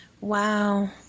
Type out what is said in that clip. Wow